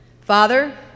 Father